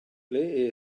ble